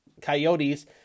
Coyotes